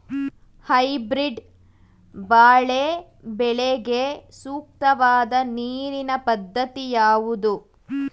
Hybrid ಬಾಳೆ ಬೆಳೆಗೆ ಸೂಕ್ತವಾದ ನೀರಿನ ಪದ್ಧತಿ ಯಾವುದು?